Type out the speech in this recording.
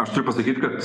aš turiu pasakyt kad